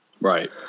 Right